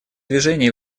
движение